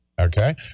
Okay